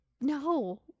No